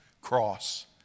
cross